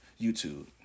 YouTube